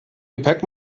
gepäck